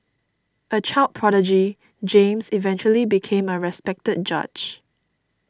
a child prodigy James eventually became a respected judge